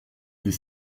des